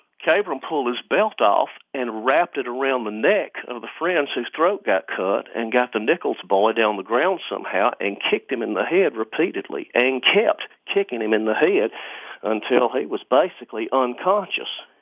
kabrahm pulled his belt off and wrapped it around the neck of the friend's whose throat got cut and got the nichols boy ah down on the ground somehow and kicked him in the head repeatedly, and kept kicking him in the head until he was basically unconscious